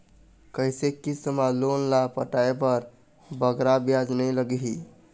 कइसे किस्त मा लोन ला पटाए बर बगरा ब्याज नहीं लगही?